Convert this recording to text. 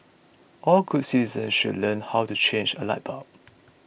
all good citizens should learn how to change a light bulb